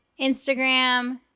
Instagram